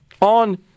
on